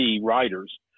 writers